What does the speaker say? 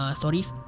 stories